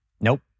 Nope